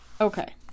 Okay